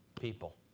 people